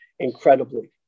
incredibly